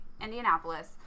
Indianapolis